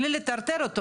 ולא רק זה.